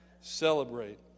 Celebrate